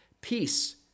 peace